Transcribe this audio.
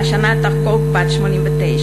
שהשנה תחגוג 89,